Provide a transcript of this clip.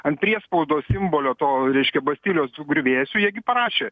ant priespaudos simbolio to reiškia bastilijos tų griuvėsių jie gi parašė